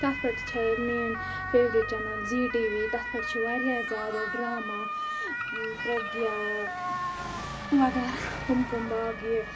تَتھ پٮ۪ٹھ چھِ میٲنۍ favourite channel Zee T V تَتھ پٮ۪ٹھ چھِ واریاہ زیادٕ ڈراما پرٛگیا وغیرہ کُم کُم باغہِ